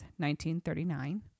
1939